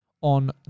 on